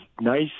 nice